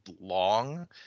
long